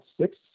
six